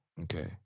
Okay